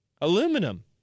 Aluminum